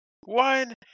one